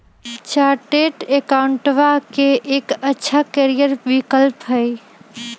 chartered अकाउंटेंटवा के एक अच्छा करियर विकल्प हई